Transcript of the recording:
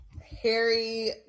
Harry